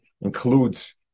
includes